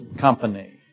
company